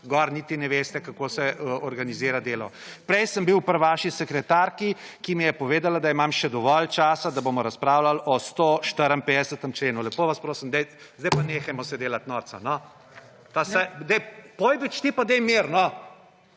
gor niti ne veste, kako se organizira delo. Prej sem bil pri vaši sekretarki, ki mi je povedala, da imam še dovolj časa, da bomo razpravljali o 154. členu. Lepo vas prosim, zdaj pa nehajmo se delati norca, no. / oglašanje iz